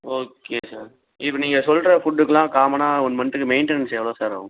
okay sir இப்போ நீங்கள் சொல்கிற ஃபுட்டுக்கெல்லாம் காமனாக ஒன் மந்த்துக்கு மெயின்டனன்ஸ் எவ்வளோ சார் ஆகும்